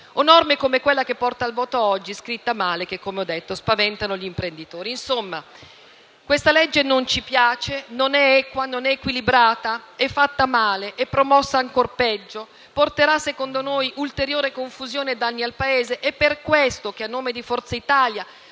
O norme come quella che arriva al voto oggi, scritta male, che come ho detto spaventa gli imprenditori. Insomma, questo provvedimento non ci piace. Non è equo, non è equilibrato. È fatto male, promosso ancor peggio e porterà, secondo noi, ulteriore confusione e danni al Paese. Per questo, a nome di Forza Italia,